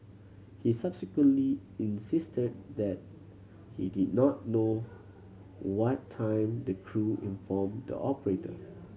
he subsequently insisted that he did not know what time the crew informed the operator